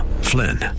Flynn